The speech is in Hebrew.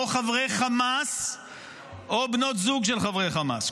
חברי חמאס או בנות זוג של חברי חמאס.